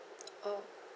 oh